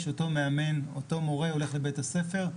שאותו מאמן ואותו מורה הולך לבית הספר,